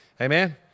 Amen